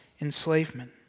enslavement